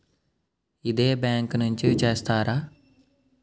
ఇదే బ్యాంక్ నుంచి చేస్తారా?